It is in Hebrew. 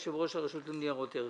יושבת-ראש הרשות לניירות ערך,